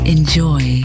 Enjoy